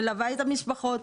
מלווה את המשפחות.